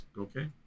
okay